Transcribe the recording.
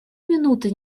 минуты